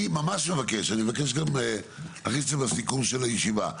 אני ממש מבקש ואני מבקש גם להגיש את זה בסיכום של הישיבה,